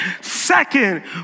second